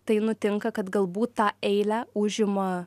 tai nutinka kad galbūt tą eilę užima